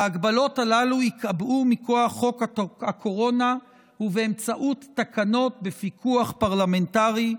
ההגבלות הללו ייקבעו מכוח חוק הקורונה ובאמצעות תקנות בפיקוח פרלמנטרי,